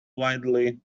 wildly